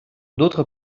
d’autres